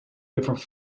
different